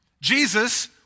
Jesus